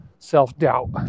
self-doubt